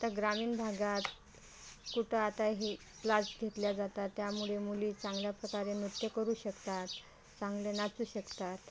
तर ग्रामीण भागात कुठं आता हे क्लास घेतल्या जातात त्यामुळे मुली चांगल्या प्रकारे नृत्य करू शकतात चांगले नाचू शकतात